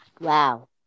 Wow